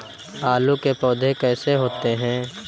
आलू के पौधे कैसे होते हैं?